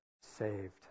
saved